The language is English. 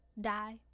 die